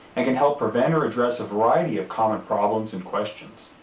and can help prevent or address a variety of common problems and questions.